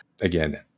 again